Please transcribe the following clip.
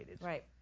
Right